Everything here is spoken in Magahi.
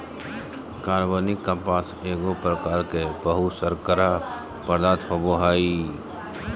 कार्बनिक कपास एगो प्रकार के बहुशर्करा पदार्थ होबो हइ